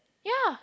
ya